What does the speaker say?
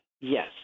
Yes